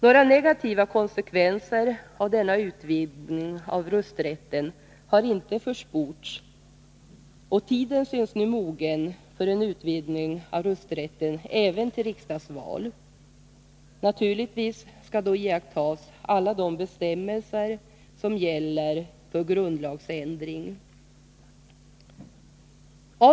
Några negativa konsekvenser av denna utvidgning av rösträtten har inte försports och tiden synes nu mogen för en sådan utvidgning av rösträtten även till riksdagsval. Naturligtvis skall då alla de bestämmelser som gäller för grundlagsändring iakttas.